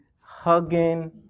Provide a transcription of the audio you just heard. hugging